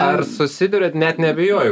ar susiduriat net neabejoju